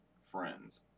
friends